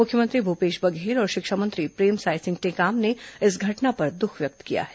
मुख्यमंत्री भूपेश बघेल और शिक्षा मंत्री प्रेमसाय सिंह टेकाम ने इस घटना पर दुख व्यक्त किया है